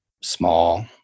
small